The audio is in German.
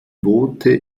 boote